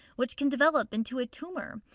which can develop into a tumor.